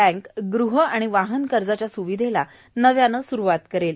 bank गृह आणि वाहन कर्जाच्या स्विधेला नव्यानं स्रूवात करेल